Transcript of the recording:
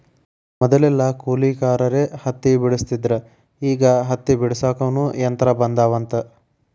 ಮದಲೆಲ್ಲಾ ಕೂಲಿಕಾರರ ಹತ್ತಿ ಬೆಡಸ್ತಿದ್ರ ಈಗ ಹತ್ತಿ ಬಿಡಸಾಕುನು ಯಂತ್ರ ಬಂದಾವಂತ